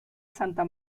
santa